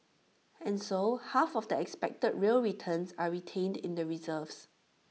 and so half of the expected real returns are retained in the reserves